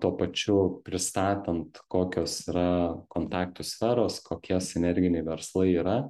tuo pačiu pristatant kokios yra kontaktų sferos kokie sinerginiai verslai yra